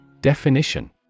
Definition